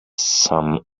some